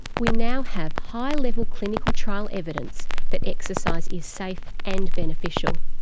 we now have high level clinical trial evidence that exercise is safe and beneficial.